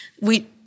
we-